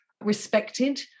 respected